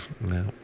no